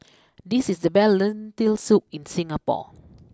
this is the best Lentil Soup in Singapore